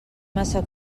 massa